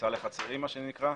כניסה לחצרים מה שנקרא,